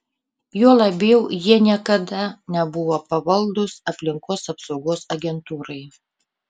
juo labiau jie niekada nebuvo pavaldūs aplinkos apsaugos agentūrai